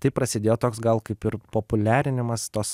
taip prasidėjo toks gal kaip ir populiarinimas tos